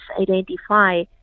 identify